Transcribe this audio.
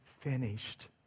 finished